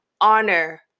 honor